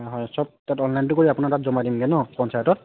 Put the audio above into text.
হয় সব তাত অনলাইনটো কৰি আপোনাৰ তাত জমা দিমগৈ নহ্ পঞ্চায়তত